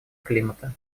климата